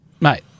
mate